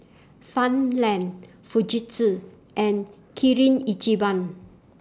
Farmland Fujitsu and Kirin Ichiban